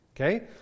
okay